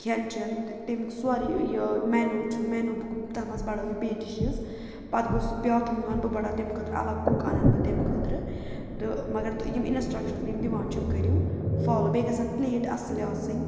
کھٮ۪ن چٮ۪ن تہٕ تمیُک سورُے یہِ مینوٗ چھُ مینوٗ بُک تَتھ منٛز بڑٲیِو بیٚیہِ ڈِشِز پَتہٕ گوٚو سُہ بیٛاکھ کہِ میون بہٕ بَڑاو تمہِ خٲطرٕ الگ کُک اَنَن بہٕ تمہِ خٲطرٕ تہٕ مگر یِم اِنَسٹرٛکشَنٕز بہٕ یِم دِوان چھِ یِم کٔرِو فالو بیٚیہِ گژھن پٕلیٹ اَصٕلۍ آسٕنۍ